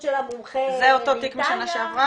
של המומחה --- זה אותו תיק משנה שעברה?